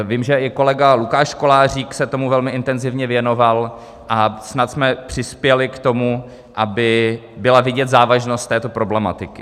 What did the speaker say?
Vím, že i kolega Lukáš Kolářík se tomu velmi intenzivně věnoval, a snad jsme přispěli k tomu, aby byla vidět závažnost této problematiky.